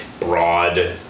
broad